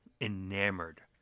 enamored